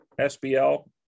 SBL